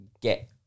get